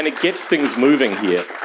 and it get things moving here.